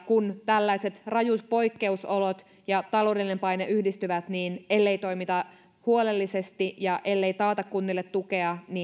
kun tällaiset rajut poikkeusolot ja taloudellinen paine yhdistyvät niin ellei toimita huolellisesti ja ellei taata kunnille tukea